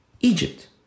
Egypt